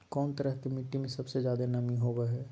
कौन तरह के मिट्टी में सबसे जादे नमी होबो हइ?